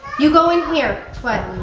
you go in here.